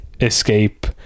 escape